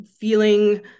feeling